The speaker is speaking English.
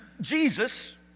Jesus